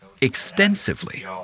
extensively